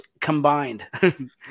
combined